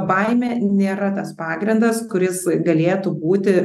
baimė nėra tas pagrindas kuris galėtų būti